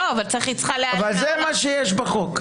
לא, אבל היא צריכה --- אבל זה מה שיש בחוק.